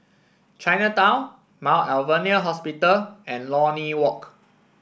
Chinatown Mount Alvernia Hospital and Lornie Walk